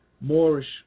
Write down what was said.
Moorish